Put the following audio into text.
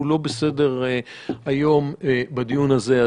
הוא לא בסדר-היום של הדיון הזה.